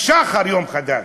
לשחר יום חדש?